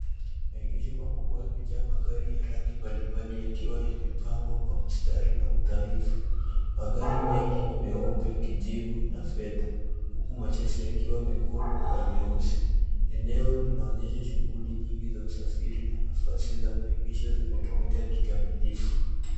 Maegesho makubwa yamejaa magari ya rangi mbalimbali yakiwa yamepangwa kwa mstari na udhaifu. Magari mengi ni meupe, kijivu na fedha, huku machache yakiwa mekundu na meusi. Eneo linaonyesha shughuli nyingi za usafiri na nafasi za maegesho zimetumika kikamilifu.